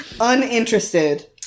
Uninterested